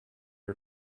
are